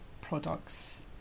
products